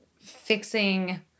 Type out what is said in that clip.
fixing